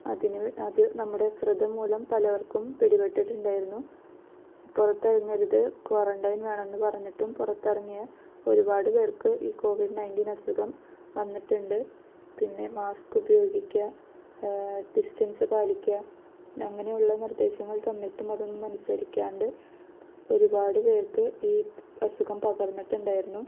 അതിനുവേ അത് നമ്മുടെ അശ്രദ്ധ മൂലം പലര്ക്കും പിടിപെട്ടിട്ട് ഉണ്ടായിരുന്നു പുറത്തേക്ക് ഇറങ്ങരുത് ക്വാറന്റ്റയ്ന് വേണമെന്ന് പറഞ്ഞിട്ടും പുറത്തിറങ്ങിയ ഒരുപാട് പേര്ക്ക് ഈ കോവിഡ് നയന്റ്റീന് അസുഖം വന്നിട്ടുണ്ട് പിന്നെ മാസ്ക് ഉപയോഗിക്കുക ഡിസ്റ്റന്സ് പാലിക്കുക അങ്ങനെയുള്ള നിര്ദേശങ്ങള് തന്നിട്ടും അതൊന്നുമനുസരിക്കാണ്ട് ഒരുപാട് പേര്ക്ക് ഈ അസുഖം പകര്ന്നിട്ട് ഉണ്ടായിരുന്നു